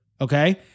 okay